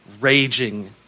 raging